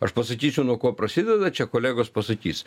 aš pasakysiu nuo ko prasideda čia kolegos pasakys